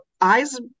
eyes